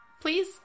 Please